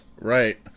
Right